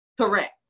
correct